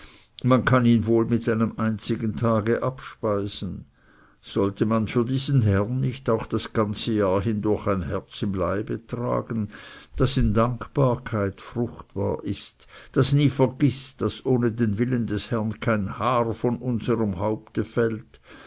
man ihn wohl mit einem einzigen tage abspeisen sollte man für diesen herrn nicht auch das ganze jahr hindurch ein herz im leibe tragen das in dankbarkeit fruchtbar ist das nie vergißt daß ohne den willen des herren kein haar von unserm haupte fällt